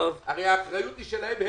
הרי האחריות היא שלהם.